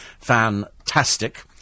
fantastic